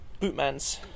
Bootmans